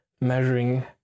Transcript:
measuring